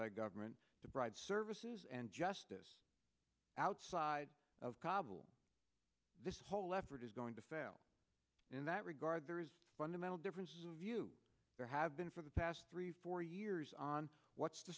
karzai government the broad services and justice outside of kabul this whole effort is going to fail in that regard there is a fundamental difference of you there have been for the past three four years on what's the